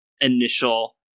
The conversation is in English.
initial